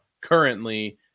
currently